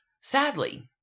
Sadly